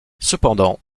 cependant